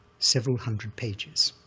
several hundred pages,